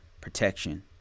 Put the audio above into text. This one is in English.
protection